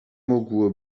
mógł